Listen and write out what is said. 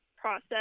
process